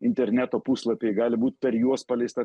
interneto puslapiai gali būt per juos paleista